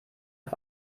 auf